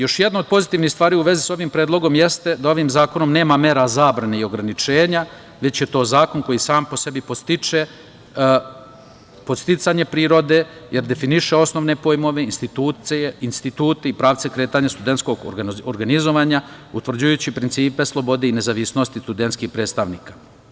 Još jedna od pozitivnih stvari u vezi sa ovim predlogom jeste da ovim zakonom nema mera zabrane i ograničenja, već je to zakon koji sam po sebi podstiče podsticanje prirode, jer definiše osnovne pojmove, institute i pravce kretanja studentskog organizovanja, utvrđujući principe slobode i nezavisnosti studentskih predstavnika.